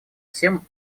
всем